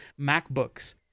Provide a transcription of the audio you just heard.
MacBooks